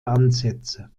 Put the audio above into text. ansätze